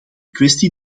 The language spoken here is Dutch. kwestie